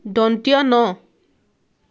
দন্তীয়া ন